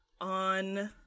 on